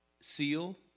seal